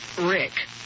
Rick